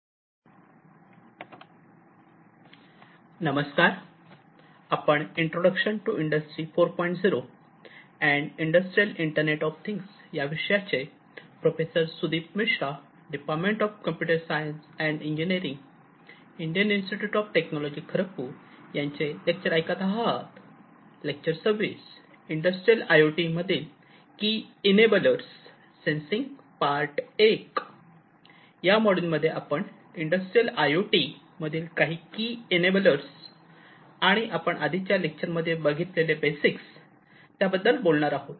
या मॉड्युलमध्ये आपण इंडस्ट्रियल आय् ओ टी मधील काही की अनबलर्स आणि आपण आधीच्या लेक्चर मध्ये बघितलेले बेसिक्स त्याबद्दल बोलणार आहोत